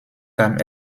kam